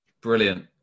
Brilliant